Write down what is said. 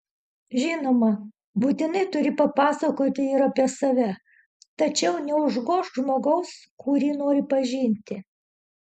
žinoma būtinai turi papasakoti ir apie save tačiau neužgožk žmogaus kurį nori pažinti